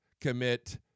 commit